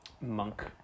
monk